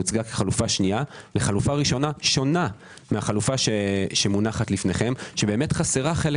הוצגה כחלופה שנייה לחלופה ראשונה שונה מזו שמונחת לפניכם שחסרה חלק